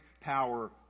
power